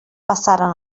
passaren